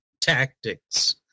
tactics